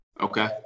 Okay